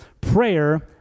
Prayer